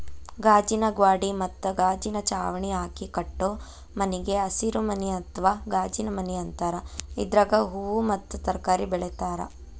ಗಾಜಿನ ಗ್ವಾಡಿ ಮತ್ತ ಗಾಜಿನ ಚಾವಣಿ ಹಾಕಿ ಕಟ್ಟೋ ಮನಿಗೆ ಹಸಿರುಮನಿ ಅತ್ವಾ ಗಾಜಿನಮನಿ ಅಂತಾರ, ಇದ್ರಾಗ ಹೂವು ಮತ್ತ ತರಕಾರಿ ಬೆಳೇತಾರ